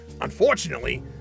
Unfortunately